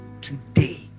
today